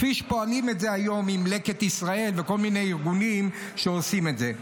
כפי שפועלים בזה היום עם לקט ישראל וכל מיני ארגונים שעושים את זה.